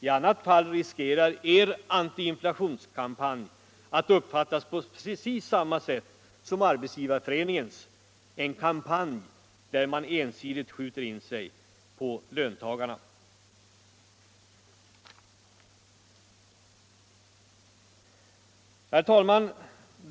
I annat fall riskerar er antiinflationskampanj att uppfattas på precis samma sätt som Arbetsgivareföreningens — en kampanj där man ensidigt skjuter in sig på löntagarna.